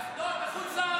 לא.